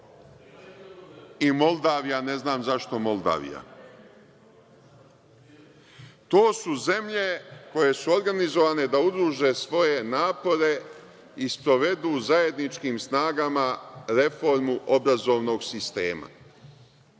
i Moldavija, ne znam zašto Moldavija. To su zemlje koje su organizovane da udruže svoje napore i sprovedu zajedničkim snagama reformu obrazovnog sistema.